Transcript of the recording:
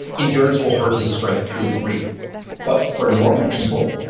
endurance will hurt his strength, to a degree but for normal people,